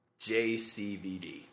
JCVD